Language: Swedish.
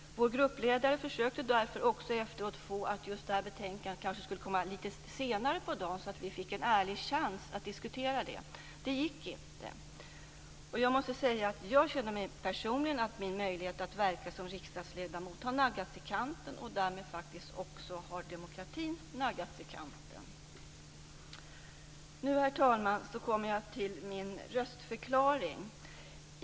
Vår gruppledare försökte därför få till stånd att detta betänkande skulle tas upp litet senare på dagen så att vi skulle få en ärlig chans att diskutera det. Det gick inte. Jag måste säga att jag känner personligen att min möjlighet att verka som riksdagsledamot har naggats i kanten och att också demokratin därmed har naggats i kanten. Herr talman! Nu kommer jag till min röstförklaring.